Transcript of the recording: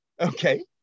Okay